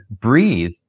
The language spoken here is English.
breathe